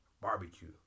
barbecue